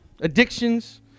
addictions